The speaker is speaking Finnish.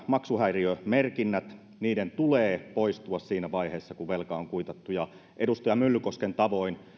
maksuhäiriömerkinnät niiden tulee poistua siinä vaiheessa kun velka on kuitattu edustaja myllykosken tavoin